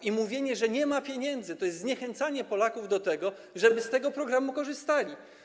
I mówienie, że nie ma pieniędzy, to jest zniechęcanie Polaków do tego, żeby z tego programu korzystali.